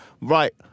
Right